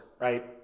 right